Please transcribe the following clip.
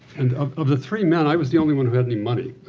and of of the three men, i was the only one who had any money.